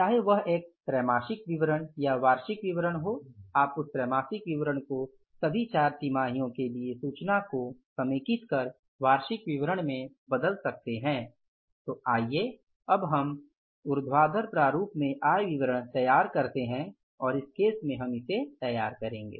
चाहे वह एक त्रैमासिक विवरण या वार्षिक विवरण हो आप उस त्रैमासिक विवरण को सभी चार तिमाहियों के लिए सूचना को समेकित कर वार्षिक विवरण में बदल सकते हैं तो आइए अब हम ऊर्ध्वाधर प्रारूप में आय विवरण तैयार करते हैं और इस केस में हम इसे तैयार करेंगे